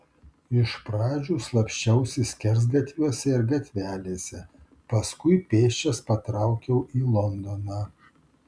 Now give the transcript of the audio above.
iš pradžių slapsčiausi skersgatviuose ir gatvelėse paskui pėsčias patraukiau į londoną